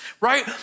right